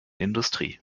industrie